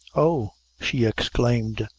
oh! she exclaimed,